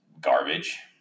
garbage